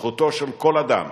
זכותו של כל אדם